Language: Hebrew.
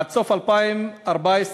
תשובה.